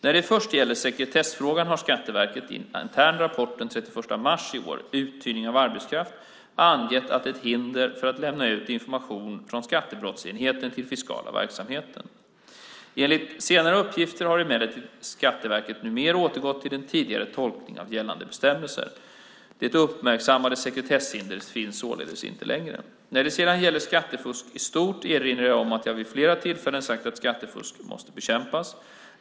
När det först gäller sekretessfrågan har Skatteverket i en intern rapport den 31 mars i år, Uthyrning av arbetskraft , angett att hinder finns för att lämna ut information från skattebrottsenheten till den fiskala verksamheten. Enligt senare uppgifter har emellertid Skatteverket numera återgått till den tidigare tolkningen av gällande bestämmelser. Det uppmärksammade sekretesshindret finns således inte längre. När det sedan gäller skattefusk i stort erinrar jag om att jag vid ett flertal tillfällen sagt att skattefusket måste bekämpas.